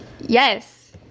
Yes